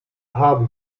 haben